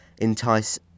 entice